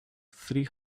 three